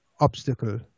obstacle